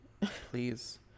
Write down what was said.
please